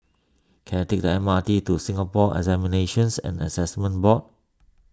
can I take the M R T to Singapore Examinations and Assessment Board